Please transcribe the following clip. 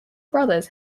brothers